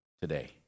today